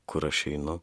kur aš einu